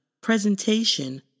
Presentation